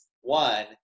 one